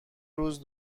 روز